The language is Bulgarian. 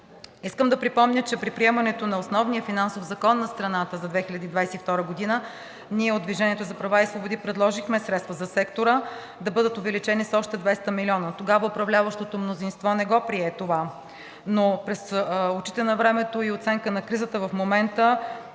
Искам да припомня, че при приемането на основния финансов закон на страната за 2022 г. ние от „Движение за права и свободи“ предложихме средства за сектора да бъдат увеличени с още 200 млн. лв. Тогава управляващото мнозинство не го прие това, но през очите на времето и оценка на кризата в момента